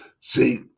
see